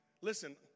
Listen